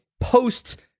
post